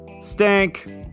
stank